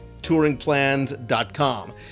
touringplans.com